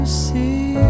see